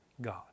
God